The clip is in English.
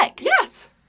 Yes